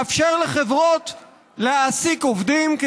לאפשר לחברות להעסיק עובדים,